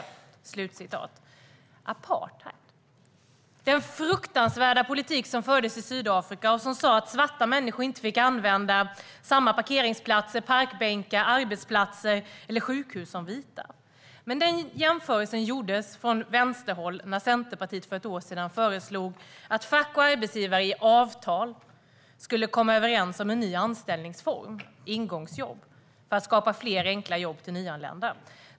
Apartheid är den fruktansvärda politik som fördes i Sydafrika och som sa att svarta människor inte fick använda samma parkeringsplatser, parkbänkar, arbetsplatser eller sjukhus som vita. Men denna jämförelse gjordes från vänsterhåll när Centerpartiet för ett år sedan föreslog att fack och arbetsgivare i avtal skulle komma överens om en ny anställningsform - ingångsjobb - för att skapa fler enkla jobb till nyanlända.